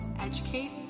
educate